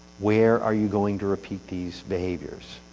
where are you going to repeat these behaviors?